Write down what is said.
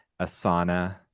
Asana